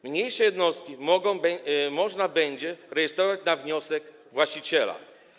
Mniejsze jednostki można będzie rejestrować na wniosek właściciela.